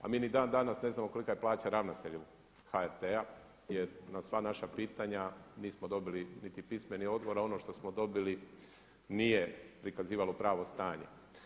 A mi ni dan danas ne znamo kolika je plaća ravnatelju HRT-a jer na sva naša pitanja nismo dobili niti pismeni odgovor, a ono što smo dobili nije prikazivalo pravo stanje.